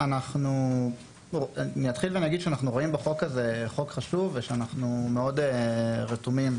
אנחנו רואים בחוק הזה חוק חשוב ואנחנו מאוד רתומים.